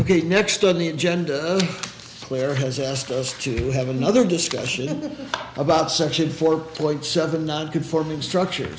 ok next on the agenda where has asked us to have another discussion about section four point seven non conforming structure